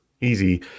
easy